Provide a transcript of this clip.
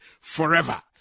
forever